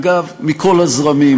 אגב מכל הזרמים,